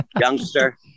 Youngster